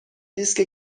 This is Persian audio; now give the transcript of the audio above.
دیسک